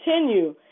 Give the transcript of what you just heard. continue